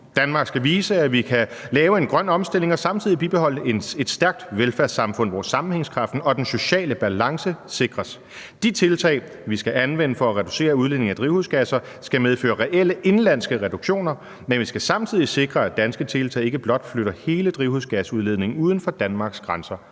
Danmark skal vise, at vi kan lave en grøn omstilling og samtidig bibeholde et stærkt velfærdssamfund, hvor sammenhængskraften og den sociale balance sikres. De tiltag, vi skal anvende for at reducere udledningen af drivhusgasser, skal medføre reelle, indenlandske reduktioner, men vi skal samtidig sikre, at danske tiltag ikke blot flytter hele drivhusgasudledningen uden for Danmarks grænser«?